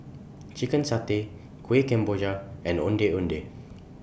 Chicken Satay Kueh Kemboja and Ondeh Ondeh